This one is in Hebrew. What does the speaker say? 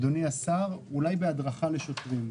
אדוני השר, אולי בהדרכה לשוטרים.